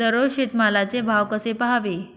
दररोज शेतमालाचे भाव कसे पहावे?